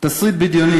תסריט בדיוני.